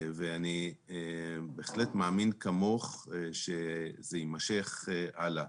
אני בהחלט מאמין, כמוך, שזה יימשך הלאה.